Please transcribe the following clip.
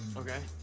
okay.